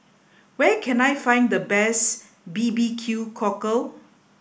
where can I find the best B B Q cockle